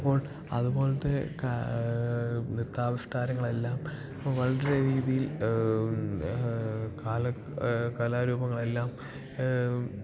അപ്പോൾ അതുപോലത്തെ നൃത്താവിഷ്കാരങ്ങളെല്ലാം വളരെ രീതിയിൽ കാല കലാരൂപങ്ങളെല്ലാം